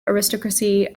aristocracy